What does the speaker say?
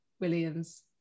Williams